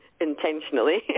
intentionally